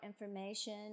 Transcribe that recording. information